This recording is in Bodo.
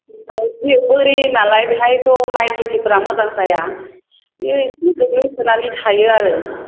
बे बोरि नालाय बेहायथ' माइ खेथिफ्रा मोजां जाया बे एसे गोग्लैसोनानै थायो आरो